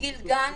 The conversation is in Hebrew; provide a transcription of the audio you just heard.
מגיל גן